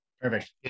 Perfect